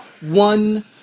one